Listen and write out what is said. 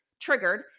triggered